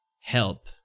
help